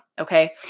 okay